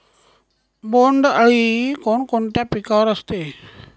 बोंडअळी कोणकोणत्या पिकावर असते?